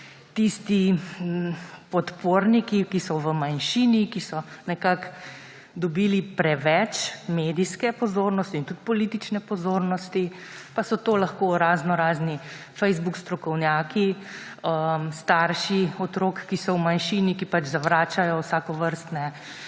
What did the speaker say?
tisti podporniki, ki so v manjšini, ki so dobili preveč medijske pozornosti in tudi politične pozornosti. Pa so to lahko raznorazni Facebook strokovnjaki, starši otrok, ki so v manjšini, ki pač zavračajo vsakovrstne